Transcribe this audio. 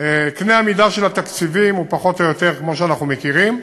קנה המידה של התקציבים הוא פחות או יותר כמו שאנחנו מכירים.